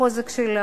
החוזק שלה,